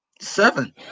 Seven